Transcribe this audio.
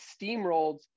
steamrolled